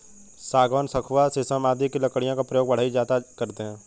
सागवान, सखुआ शीशम आदि की लकड़ियों का प्रयोग बढ़ई ज्यादा करते हैं